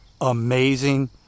amazing